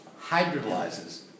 hydrolyzes